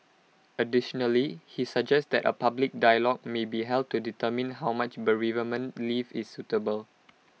additionally he suggests that A public dialogue may be held to determine how much bereavement leave is suitable